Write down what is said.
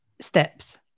steps